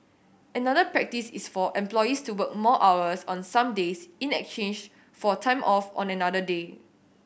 another practice is for employees to work more hours on some days in exchange for time off on another day